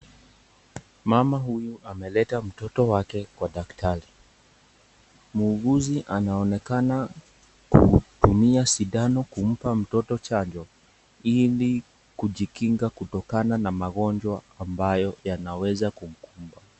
Mama huyu ameleta mtoto wake kwa daktari, muuguzi anaonekana kutumia sindano kumpa mtoto chanjo ili kujikinga kutokana na magonjwa ambayo yanaweza kumkumba.